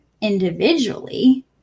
individually